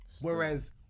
Whereas